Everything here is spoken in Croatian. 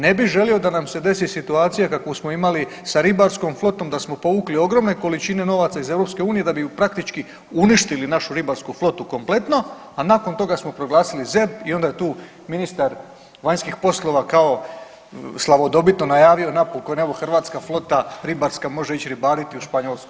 Ne bih želio da nam se desi situacija kakvu smo imali sa ribarskom flotom, da smo povukli ogromne količine novaca iz EU da bi ju praktički uništili našu ribarsku flotu kompletno, a nakon toga smo proglasili ZERP i onda je tu ministar vanjskih poslova kao slavodobitno najavio mapu u koju ribarska flota ribarska može ići ribariti u Španjolsku.